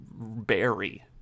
berry